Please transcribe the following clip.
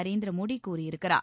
நரேந்திர மோடி கூறியிருக்கிறார்